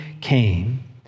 came